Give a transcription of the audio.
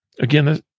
again